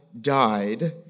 died